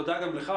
תודה גם לך.